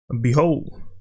Behold